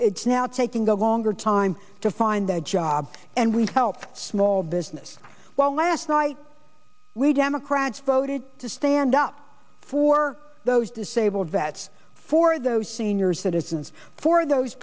it's now taking a longer time to find the job and we help small business while last night we democrats voted to stand up for those disabled vets for those senior citizens for those